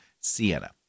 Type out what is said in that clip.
Sienna